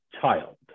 child